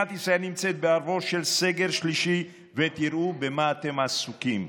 מדינת ישראל נמצאת בערבו של סגר שלישי ותראו במה אתם עסוקים.